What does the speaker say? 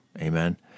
Amen